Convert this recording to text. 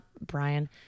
Brian